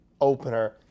opener